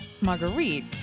Marguerite